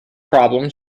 problem